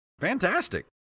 Fantastic